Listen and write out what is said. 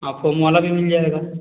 foam वाला भी मिल जायेगा